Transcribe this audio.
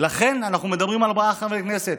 לכן אנחנו מדברים על ארבעה חברי כנסת.